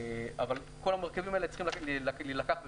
אבל כל המרכיבים צריכים להילקח בחשבון.